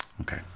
Okay